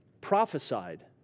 prophesied